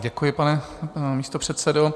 Děkuji, pane místopředsedo.